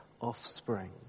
offspring